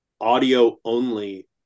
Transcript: audio-only